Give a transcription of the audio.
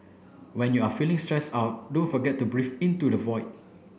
when you are feeling stressed out don't forget to breathe into the void